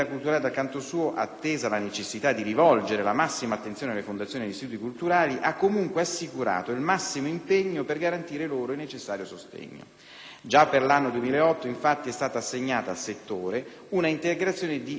canto suo, attesa la necessità di rivolgere la massima attenzione alle fondazioni ed agli istituti culturali, ha comunque assicurato il massimo impegno per garantire loro il necessario sostegno. Già per l'anno 2008, infatti, è stata assegnata al settore un'integrazione di risorse pari